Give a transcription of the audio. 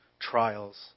trials